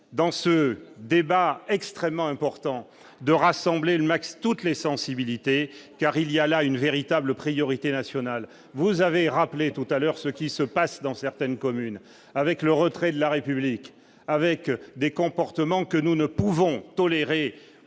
dans ce débat extrêmement important de rassembler le Max toutes les sensibilités, car il y a là une véritable priorité nationale, vous avez rappelé tout à l'heure, ce qui se passe dans certaines communes avec le retrait de la République avec des comportements que nous ne pouvons tolérer